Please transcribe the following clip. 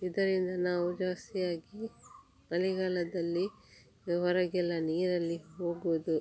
ಆದ್ದರಿಂದ ನಾವು ಜಾಸ್ತಿಯಾಗಿ ಮಳೆಗಾಲದಲ್ಲಿ ಹೊರಗೆಲ್ಲ ನೀರಲ್ಲಿ ಹೋಗುವುದು